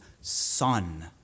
Son